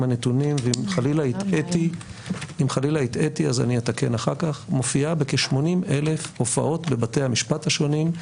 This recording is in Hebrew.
הנתונים ואם חלילה הטעיתי אז אתקן אחר כך הופעות בבתי המשפט השונים.